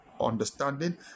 Understanding